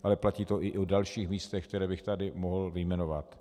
Ale platí to i o dalších místech, která bych tady mohl vyjmenovat.